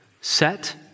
Set